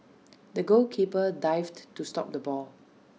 the goalkeeper dived to stop the ball